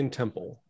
temple